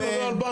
--- על בנקים.